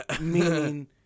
Meaning